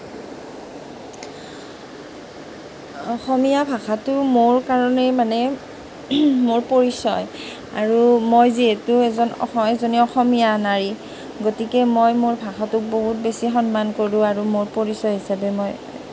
অসমীয়া ভাষাটো মোৰ কাৰণে মানে মোৰ পৰিচয় আৰু মই যিহেতু এজন অসমীয়া এজনী অসমীয়া নাৰী গতিকে মই মোৰ ভাষাটোক বহুত বেছি সন্মান কৰোঁ আৰু মোৰ পৰিচয় হিচাপে মই